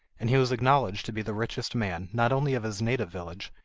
and he was acknowledged to be the richest man, not only of his native village,